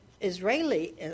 Israeli